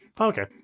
Okay